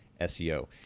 seo